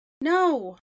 no